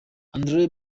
andrea